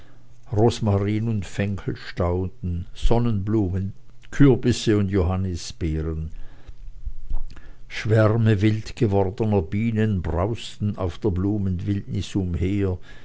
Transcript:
rosmarin und fenchelstauden sonnenblumen kürbisse und johannisbeeren schwärme wild gewordener bienen brausten auf der blumenwildnis umher